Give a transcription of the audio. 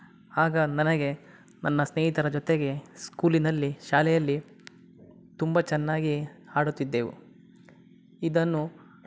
ಆಗ ನನಗೆ ನನ್ನ ಸ್ನೇಹಿತರ ಜೊತೆಗೆ ಸ್ಕೂಲಿನಲ್ಲಿ ಶಾಲೆಯಲ್ಲಿ ತುಂಬ ಚೆನ್ನಾಗಿ ಆಡುತ್ತಿದ್ದೆವು ಇದನ್ನು